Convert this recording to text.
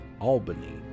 Albany